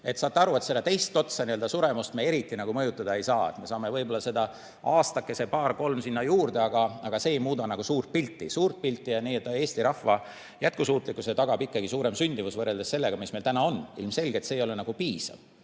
Saate aru, et selle teist otsa, suremust, me eriti mõjutada ei saa. Me saame võib-olla aastakese, paar-kolm sinna juurde, aga see ei muuda suurt pilti. Eesti rahva jätkusuutlikkuse tagab ikkagi suurem sündimus võrreldes sellega, mis meil täna on. Ilmselge, et see ei ole piisav.